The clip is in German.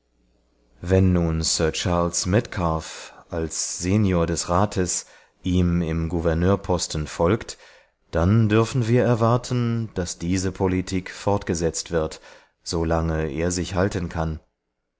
wenn nun sir charles metcalfe als senior des rates ihm im gouverneurposten folgt dann dürfen wir erwarten daß diese politik fortgesetzt wird solange er sich halten kann